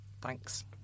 Thanks